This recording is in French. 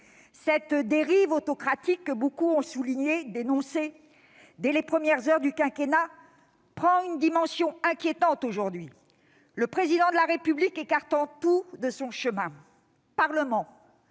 Cette dérive autocratique que beaucoup ont soulignée et dénoncée dès les premières heures du quinquennat prend une dimension inquiétante aujourd'hui, le Président de la République écartant tout de son chemin : Parlement,